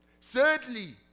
thirdly